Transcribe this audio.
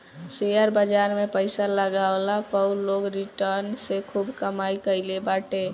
share बाजार में पईसा लगवला पअ लोग रिटर्न से खूब कमाई कईले बाटे